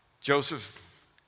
Joseph